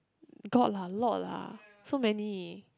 got lah a lot lah so many